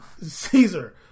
Caesar